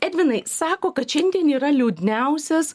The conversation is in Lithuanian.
edvinai sako kad šiandien yra liūdniausias